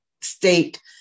state